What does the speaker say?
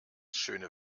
schöne